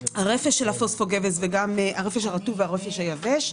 הרפש של הפוספו גבס וגם הרפש הרטוב והיבש.